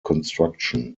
construction